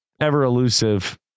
ever-elusive